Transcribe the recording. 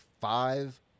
five